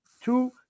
two